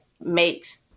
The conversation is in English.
makes